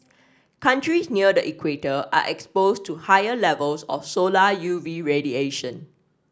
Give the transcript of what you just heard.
countries near the equator are exposed to higher levels of solar U V radiation